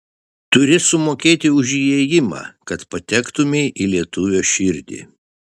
turi sumokėti už įėjimą kad patektumei į lietuvio širdį